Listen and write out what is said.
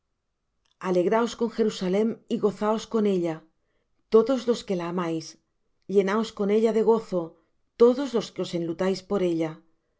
alegraos con jerusalem y gozaos con ella todos los que la amáis llenaos con ella de gozo todos los que os enlutáis por ella